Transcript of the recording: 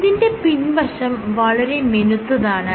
ഇതിന്റെ പിൻവശം വളരെ മിനുത്തതാണ്